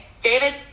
David